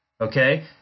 okay